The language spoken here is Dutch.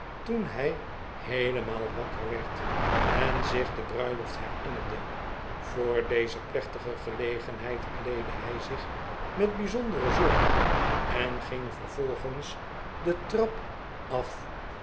toen hij heelemaal wakker werd en zich de bruiloft herinnerde voor deze plechtige gelegenheid kleedde hij zich met bijzondere zorg en ging vervolgens de trap af